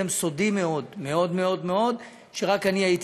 הסכם סודי מאוד מאוד מאוד מאוד שרק אני הייתי